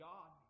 God